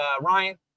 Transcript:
Ryan